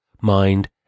mind